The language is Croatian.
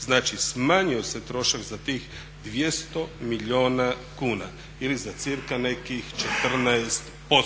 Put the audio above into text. Znači, smanjio se trošak za tih 200 milijuna kuna ili za cca nekih 14%.